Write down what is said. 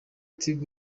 tigo